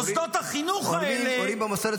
מוסדות החינוך האלה --- הורים במוסדות